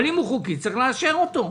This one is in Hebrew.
אבל אם הוא חוקי צריך לאשר אותו.